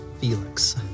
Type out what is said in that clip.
Felix